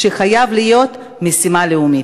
שחייב להיות משימה לאומית.